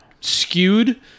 skewed